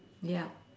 yup